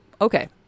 okay